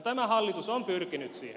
tämä hallitus on pyrkinyt siihen